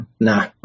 nah